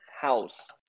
house